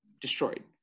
destroyed